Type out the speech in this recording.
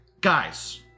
guys